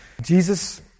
Jesus